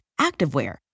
activewear